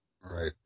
Right